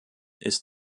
ist